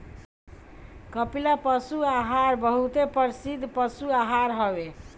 कपिला पशु आहार बहुते प्रसिद्ध पशु आहार हवे